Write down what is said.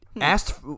Asked